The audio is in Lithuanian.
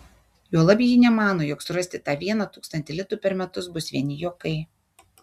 juolab ji nemano jog surasti tą vieną tūkstantį litų per metus bus vieni juokai